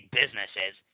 businesses